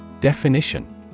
Definition